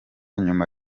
nyuma